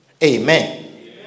Amen